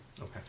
Okay